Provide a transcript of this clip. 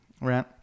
right